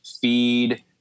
feed